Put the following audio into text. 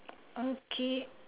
okay